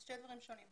אלה שני דברים שונים.